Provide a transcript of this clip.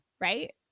Right